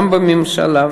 גם בממשלה,